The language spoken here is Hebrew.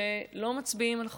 שלא מצביעים על חוק,